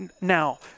Now